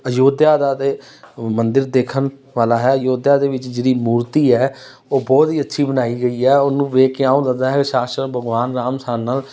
ਅਯੋਧਿਆ ਦਾ ਤਾਂ ਮੰਦਰ ਦੇਖਣ ਵਾਲਾ ਹੈ ਅਯੋਧਿਆ ਦੇ ਵਿੱਚ ਜਿਹੜੀ ਮੂਰਤੀ ਹੈ ਉਹ ਬਹੁਤ ਹੀ ਅੱਛੀ ਬਣਾਈ ਗਈ ਹੈ ਉਹਨੂੰ ਦੇਖ ਕੇ ਇਉਂ ਲੱਗਦਾ ਹੈ ਸ਼ਾਕ ਸ਼ਾਤ ਭਗਵਾਨ ਰਾਮ ਸਾਡੇ ਨਾਲ